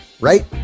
right